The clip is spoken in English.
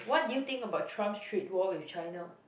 what do you think about Trump's trade war with China